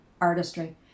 artistry